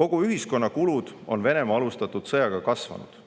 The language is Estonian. Kogu ühiskonna kulud on Venemaa alustatud sõjaga kasvanud.